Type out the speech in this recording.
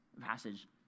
passage